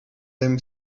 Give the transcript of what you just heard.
them